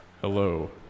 Hello